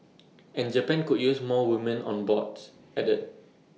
and Japan could use more women on boards added